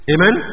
Amen